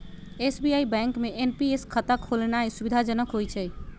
SBI bank में NPS खता खोलेनाइ सुविधाजनक होइ छइ